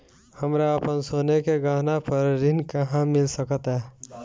हमरा अपन सोने के गहना पर ऋण कहां मिल सकता?